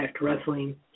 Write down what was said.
Wrestling